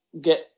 get